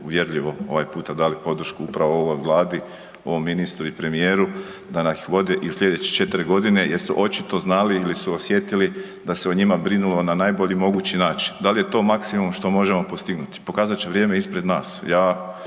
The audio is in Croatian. uvjerljivo ovaj puta dali podršku upravo ovoj Vladi, ovom ministru i premijeru da nas vode i sljedeće 4 godine jer su očito znali ili su osjetili da se o njima brinulo na najbolji mogući način. Da li je to maksimum što možemo postignuti? Pokazat će vrijeme ispred nas.